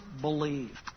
believe